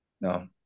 no